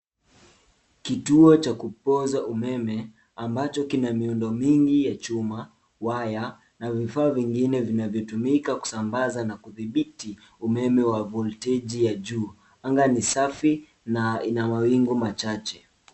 Kituo cha kupoza umeme, ambacho kina miundo mingi ya chuma, waya na vifaa vingine, vinavyotumika na kusambaza na kuthibiti umeme wa voltage ya juu. Anga ni safi na ina mawingu machache.